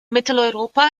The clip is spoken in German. mitteleuropa